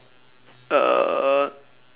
uh